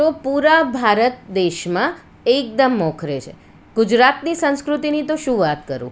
તો પૂરા ભારત દેશમાં એકદમ મોખરે છે ગુજરાતની સંસ્કૃતિની તો શું વાત કરું